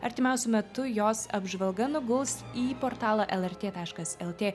artimiausiu metu jos apžvalga nuguls į portalą lrt taškas lt